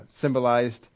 symbolized